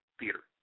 theater